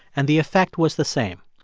and the effect was the same.